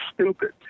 stupid